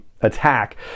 attack